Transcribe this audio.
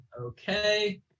Okay